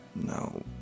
no